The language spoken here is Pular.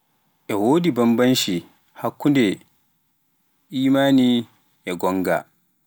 E wodi banbanci hakkunde imani e gonga.